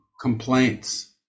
complaints